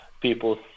people